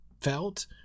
felt